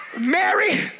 Mary